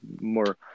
more –